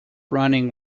running